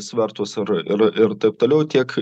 svertus ar ir ir taip toliau tiek